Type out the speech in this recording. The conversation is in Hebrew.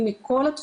גם זה לא היה